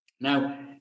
Now